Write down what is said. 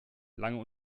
lange